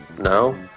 no